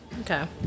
Okay